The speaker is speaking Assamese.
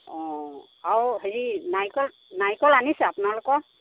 অ আৰু হেৰি নাৰিকল নাৰিকল আনিছে আপোনালোকৰ